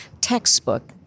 textbook